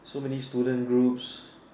so many students groups